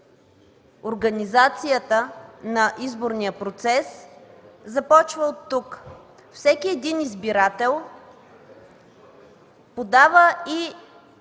организацията на изборния процес започва от тук. Всеки един избирател подава